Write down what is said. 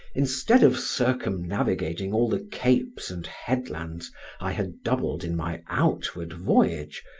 instead of circumnavigating all the capes and head-lands i had doubled in my outward voyage,